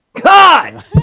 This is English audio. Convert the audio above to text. God